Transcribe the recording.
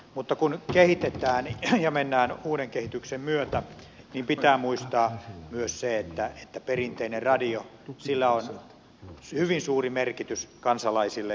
mutta kun kehitetään ja mennään uuden kehityksen myötä niin pitää muistaa myös se että perinteisellä radiolla on hyvin suuri merkitys kansalaisille